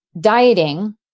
dieting